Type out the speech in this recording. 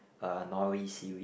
uh nori seaweed